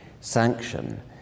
sanction